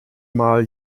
mal